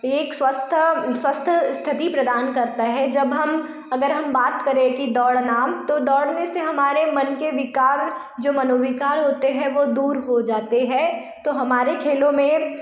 एक स्वस्थ स्वस्थ स्थिति प्रदान करता है जब हम अगर हम बात करें कि दौड़ना तो दौड़ने से हमारे मन के विकार जो मनोविकार होते हैं वह दूर हो जाते हैं तो हमारे खेलों में